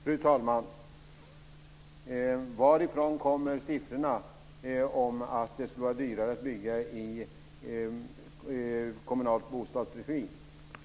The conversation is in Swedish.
Fru talman! Varifrån kommer siffrorna på att det skulle vara dyrare att bygga i kommunal bostadsregi?